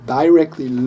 directly